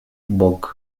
bog